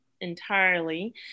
entirely